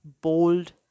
bold